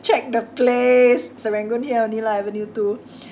check the place serangoon here only lah avenue two